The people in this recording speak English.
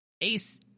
Ace